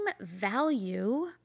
value